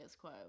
quo